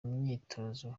myitozo